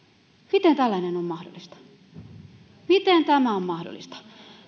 miten tällainen on mahdollista miten tämä on mahdollista